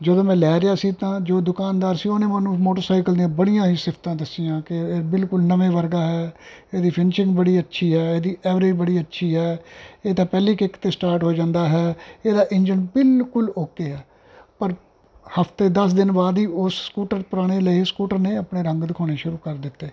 ਜਦੋਂ ਮੈਂ ਲੈ ਰਿਹਾ ਸੀ ਤਾਂ ਜੋ ਦੁਕਾਨਦਾਰ ਸੀ ਉਹਨੇ ਮੈਨੂੰ ਮੋਟਰਸਾਈਕਲ ਦੀਆਂ ਬੜੀਆਂ ਹੀ ਸਿਫਤਾਂ ਦੱਸੀਆਂ ਕਿ ਇਹ ਬਿਲਕੁਲ ਨਵੇਂ ਵਰਗਾ ਹੈ ਇਹਦੀ ਫਿਨਿਸ਼ਿੰਗ ਬੜੀ ਅੱਛੀ ਹੈ ਇਹਦੀ ਐਵਰੇਜ ਬੜੀ ਅੱਛੀ ਹੈ ਇਹ ਤਾਂ ਪਹਿਲੀ ਕਿੱਕ 'ਤੇ ਸਟਾਰਟ ਹੋ ਜਾਂਦਾ ਹੈ ਇਹਦਾ ਇੰਜਨ ਬਿਲਕੁਲ ਓਕੇ ਆ ਪਰ ਹਫਤੇ ਦਸ ਦਿਨ ਬਾਅਦ ਹੀ ਉਹ ਸਕੂਟਰ ਪੁਰਾਣੇ ਲਏ ਸਕੂਟਰ ਨੇ ਆਪਣੇ ਰੰਗ ਦਿਖਾਉਣੇ ਸ਼ੁਰੂ ਕਰ ਦਿੱਤੇ